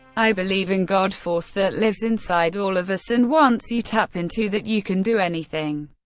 i believe in god force that lives inside all of us, and once you tap into that, you can do anything.